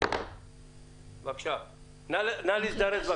בבקשה, נא להזדרז.